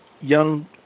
young